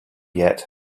yet